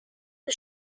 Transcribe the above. the